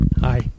Hi